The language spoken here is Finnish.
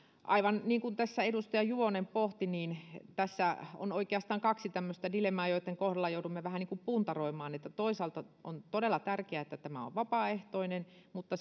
aivan niin kuin tässä edustaja juvonen pohti niin tässä on oikeastaan kaksi tämmöistä dilemmaa joitten kohdalla joudumme vähän puntaroimaan toisaalta on todella tärkeää että tämä on vapaaehtoinen mutta